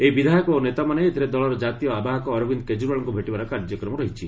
ଏହି ବିଧାୟକ ଓ ନେତାମାନେ ଏଥିରେ ଦଳର ଜାତୀୟ ଆବାହକ ଅରବିନ୍ଦ୍ କେଜରିୱାଲ୍ଙ୍କୁ ଭେଟିବାର କାର୍ଯ୍ୟକ୍ରମ ରହିଛି